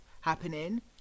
happening